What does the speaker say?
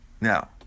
now